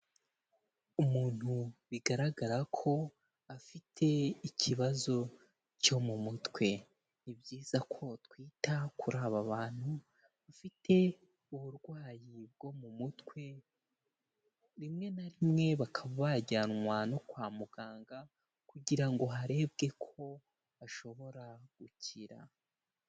Umuntu bigaragara ko afite ikibazo cyo mu mutwe, ni byiza ko twita kuri aba bantu bafite uburwayi bwo mu mutwe rimwe na rimwe bakaba bajyanwa no kwa muganga kugira ngo harebwe ko bashobora gukira.